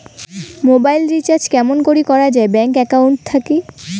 Mobile recharge কেমন করি করা যায় ব্যাংক একাউন্ট থাকি?